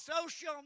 social